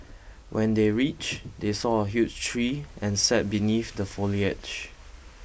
when they reached they saw a huge tree and sat beneath the foliage